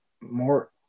more